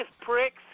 pricks